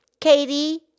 Katie